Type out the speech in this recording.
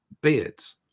beards